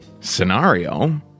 scenario